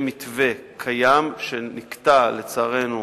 במתווה קיים, שנקטע, לצערנו,